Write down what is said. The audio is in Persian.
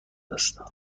است